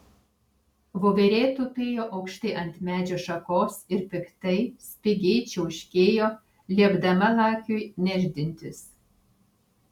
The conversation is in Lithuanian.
voverė tupėjo aukštai ant medžio šakos ir piktai spigiai čiauškėjo liepdama lakiui nešdintis